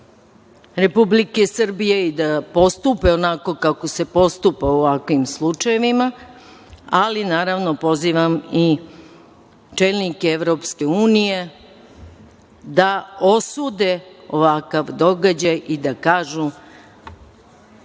Republike Srbije i da postupe onako kako se postupa u ovakvim slučajevima, ali, naravno, pozivam i čelnike Evropske unije da osude ovakav događaj i da kažu